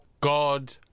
God